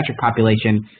population